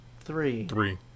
Three